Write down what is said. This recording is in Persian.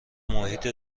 محیط